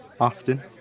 often